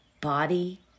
body